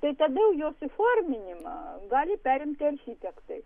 tai tada jos įforminimą gali perimti architektai